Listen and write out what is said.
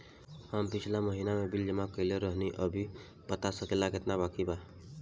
हम पिछला महीना में बिल जमा कइले रनि अभी बता सकेला केतना बाकि बा?